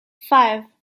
five